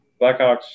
Blackhawks